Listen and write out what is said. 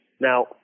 Now